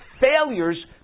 failures